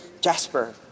jasper